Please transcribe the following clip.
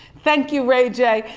thank you, ray j.